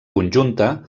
conjunta